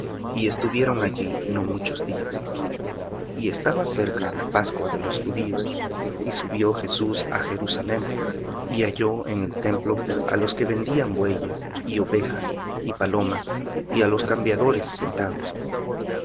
y estuvieron allí no muchos días y estaba cerca la pascua de los judíos y subió jesús á jerusalem y halló en el templo á los que vendían bueyes y ovejas y palomas y á los cambiadores sentados